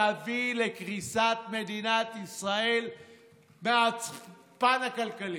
תביא לקריסת מדינת ישראל בפן הכלכלי.